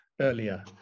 earlier